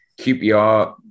QPR